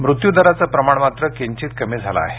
मृत्यू दराचं प्रमाण मात्र किंचित कमी झालं आहे